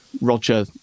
Roger